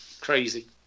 crazy